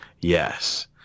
Yes